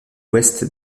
ouest